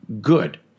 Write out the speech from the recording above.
good